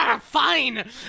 Fine